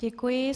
Děkuji.